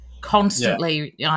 constantly